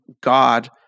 God